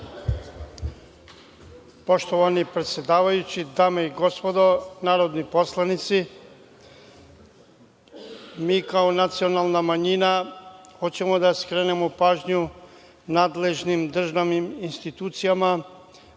Poštovani predsedavajući, dame i gospodo narodni poslanici, mi kao nacionalna manjina hoćemo da skrenemo pažnju nadležnim državnim institucijama